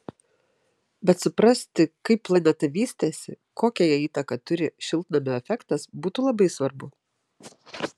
bet suprasti kaip planeta vystėsi kokią jai įtaką turi šiltnamio efektas būtų labai svarbu